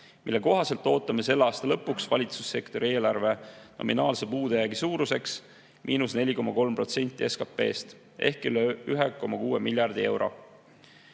mille kohaselt ootame selle aasta lõpuks valitsussektori eelarve nominaalse puudujäägi suuruseks –4,3% SKT-st ehk üle 1,6 miljardi euro.